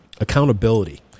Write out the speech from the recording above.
Accountability